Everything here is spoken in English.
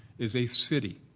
is a city.